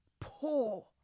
poor